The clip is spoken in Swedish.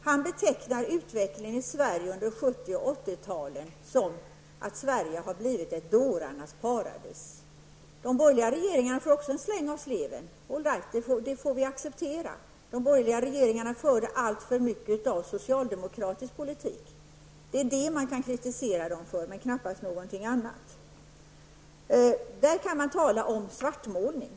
Han betecknar utvecklingen i Sverige under 70 och 80-talen som att Sverige har blivit ett dårarnas paradis. De borgerliga regeringarna får också en släng av sleven. All right, det får vi acceptera. De borgerliga regeringarna förde alltför mycket av socialdemokratisk politik. Det är det som man kan kritisera dem för, men knappast för någonting annat. I dessa artiklar kan man tala om svartmålning.